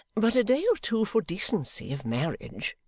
but a day or two for decency of marriage